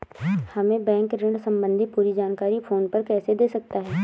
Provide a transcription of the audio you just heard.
हमें बैंक ऋण संबंधी पूरी जानकारी फोन पर कैसे दे सकता है?